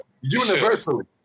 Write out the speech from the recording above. universally